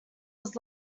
was